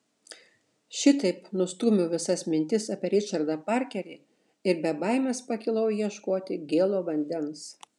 šitaip nustūmiau visas mintis apie ričardą parkerį ir be baimės pakilau ieškoti gėlo vandens